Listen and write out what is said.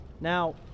Now